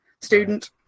student